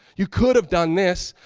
you could have done this.